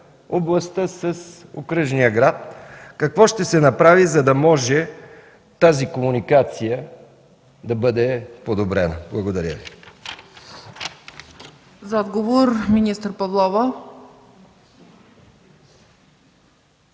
областта с окръжния град – какво ще се направи, за да може тази комуникация да бъде подобрена? Благодаря Ви.